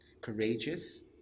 courageous